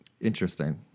Interesting